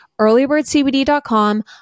Earlybirdcbd.com